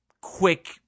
quick